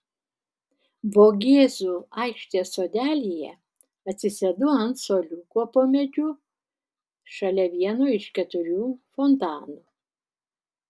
vogėzų aikštės sodelyje atsisėdu ant suoliuko po medžiu šalia vieno iš keturių fontanų